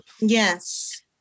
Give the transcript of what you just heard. Yes